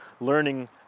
learning